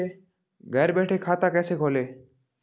घर बैठे खाता कैसे खोलें?